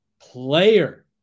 player